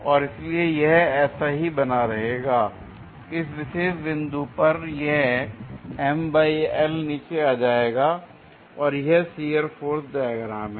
और इसलिए यह ऐसा ही बना रहेगा और इस विशेष बिंदु पर यह नीचे आ जाएगा और यह शियर फोर्स डायग्राम है